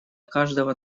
каждого